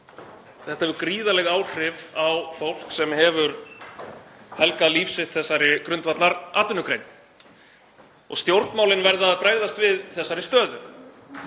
hefur gríðarleg áhrif á fólk sem hefur helgað líf sitt þessari grundvallaratvinnugrein. Stjórnmálin verða að bregðast við þessari stöðu